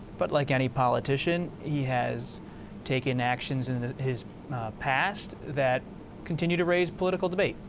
but like any politician, he has taken actions in his past that continue to raise political debate.